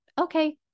okay